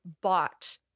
bought